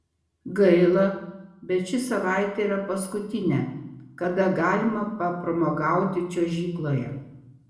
gaila bet ši savaitė yra paskutinė kada galima papramogauti čiuožykloje